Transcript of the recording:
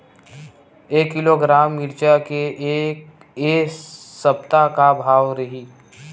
एक किलोग्राम मिरचा के ए सप्ता का भाव रहि?